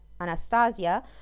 anastasia